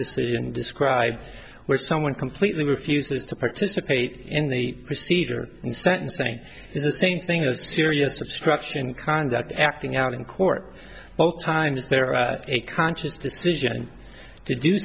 and describe where someone completely refuses to participate in the procedure and sentencing is the same thing as serious obstruction conduct acting out in court both times there are a conscious decision to do